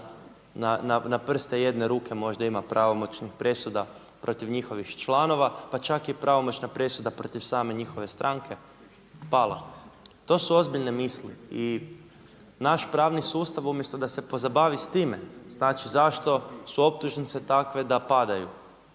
na prste jedne ruke možda ima pravomoćnih presuda protiv njihovih članova. Pa čak je i pravomoćna presuda protiv same njihove stranke pala. To su ozbiljne misli i naš pravni sustav umjesto da se pozabavi s time, znači zašto su optužnice takve da padaju,